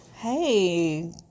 Hey